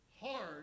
hard